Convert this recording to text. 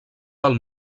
del